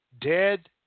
dead